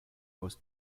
most